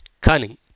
Cunning